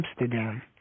Amsterdam